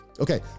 Okay